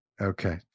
Okay